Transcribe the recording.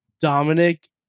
Dominic